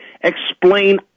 Explain